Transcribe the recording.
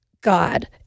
God